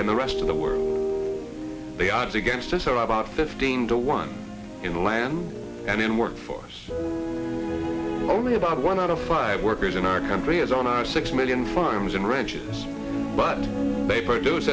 in the rest of the world the odds against us are about fifteen to one in the land and in workforce only about one out of five workers in our country is on our six million farms and ranches but they produce